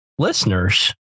listeners